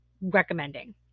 recommending